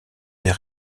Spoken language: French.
des